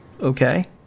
okay